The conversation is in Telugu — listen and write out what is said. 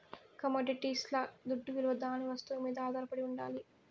కమొడిటీస్ల దుడ్డవిలువ దాని వస్తువు మీద ఆధారపడి ఉండాలి